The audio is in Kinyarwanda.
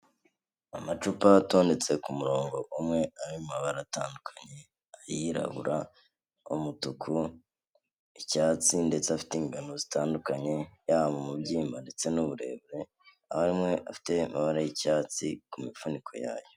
Amacupa atondetse ku murongo umwe ari mu mabara atandukanye, ayirabura, umutuku icyatsi ndetse afite ingano zitandukanye yaba mu mubyimba ndetse n'uburebure, amwe afite amabara y'icyatsi ku mifuniko yayo.